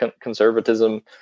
conservatism